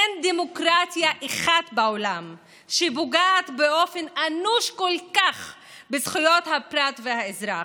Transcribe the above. אין דמוקרטיה אחת בעולם שפוגעת באופן אנוש כל כך בזכויות הפרט והאזרח,